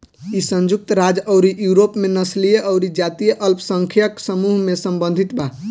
इ संयुक्त राज्य अउरी यूरोप में नस्लीय अउरी जातीय अल्पसंख्यक समूह से सम्बंधित बा